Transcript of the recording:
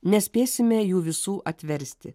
nespėsime jų visų atversti